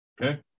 Okay